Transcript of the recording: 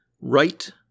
right